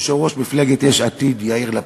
יושב-ראש מפלגת יש עתיד יאיר לפיד.